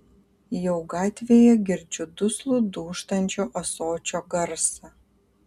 jau gatvėje girdžiu duslų dūžtančio ąsočio garsą